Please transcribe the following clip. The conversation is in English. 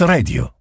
Radio